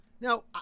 Now